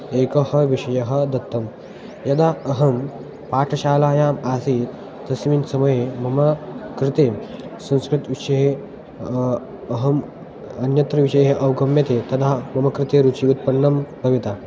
एकः विषयः दत्तः यदा अहं पाठशालायाम् आसीत् तस्मिन् समये मम कृते संस्कृतविषये अहम् अन्यत्र विषये अवगम्यते तदा मम कृते रुचिः उत्पन्ना भविता